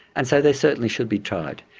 and so they certainly should be tried.